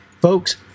Folks